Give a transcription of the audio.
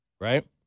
right